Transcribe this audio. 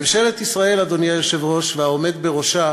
ממשלת ישראל, אדוני היושב-ראש, והעומד בראשה